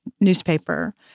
newspaper